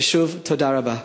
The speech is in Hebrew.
ושוב, תודה רבה.